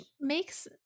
makes